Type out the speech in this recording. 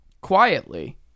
quietly